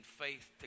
faith